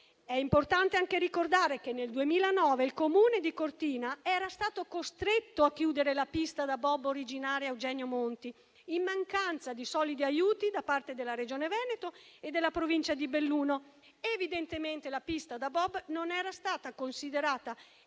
È importante anche ricordare che, nel 2009, il comune di Cortina era stato costretto a chiudere la pista da bob originaria, la pista Eugenio Monti, in mancanza di solidi aiuti da parte della Regione Veneto e della Provincia di Belluno. Evidentemente la pista da bob non era stata considerata